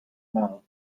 mouth